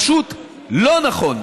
פשוט לא נכון.